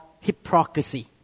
hypocrisy